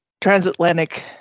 transatlantic